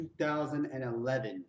2011